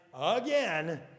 again